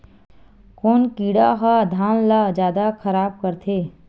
कोन कीड़ा ह धान ल जादा खराब करथे?